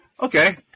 Okay